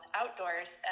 outdoors